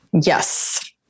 Yes